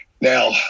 now